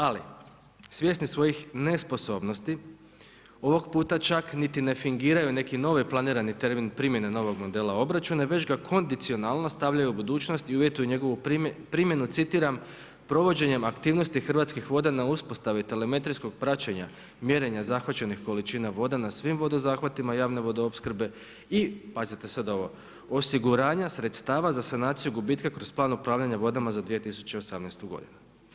Ali svjesni svojih nesposobnosti ovog puta čak niti ne fingiraju neki novi planirani termin primjene novog modela obračuna već ga kondicionalno stavljaju u budućnost i uvjetuju njegovu primjenu, citiram – provođenjem aktivnosti Hrvatskih voda na uspostavi telemetrijskog praćenja mjerenja zahvaćenih količina voda na svim vodozahvatima javne vodoopskrbe i pazite sad ovo, osiguranja sredstava za sanaciju gubitka kroz plan upravljanja vodama za 2018. godinu.